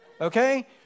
okay